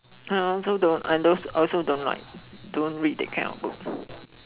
uh I also don't I also don't like don't read that kind of book